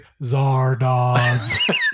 Zardoz